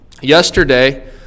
Yesterday